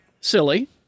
Silly